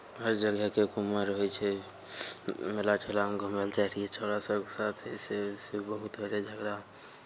हर जगहके एक उमर होइ छै मेला ठेलामे घुमय लए जाइ रहियै छौड़ा सभके साथ अइसे अइसे बहुत भेलै झगड़ा